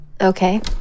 okay